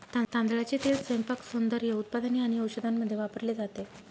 तांदळाचे तेल स्वयंपाक, सौंदर्य उत्पादने आणि औषधांमध्ये वापरले जाते